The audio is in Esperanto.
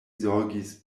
zorgis